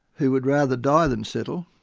who would rather die than settle,